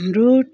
हाम्रो